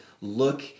look